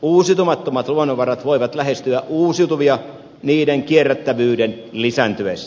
uusiutumattomat luonnonvarat voivat lähestyä uusiutuvia niiden kierrätettävyyden lisääntyessä